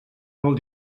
molt